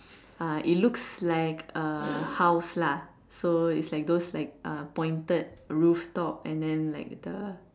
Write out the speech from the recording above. ah it looks like a house lah so it's like those like a pointed roof top and then like the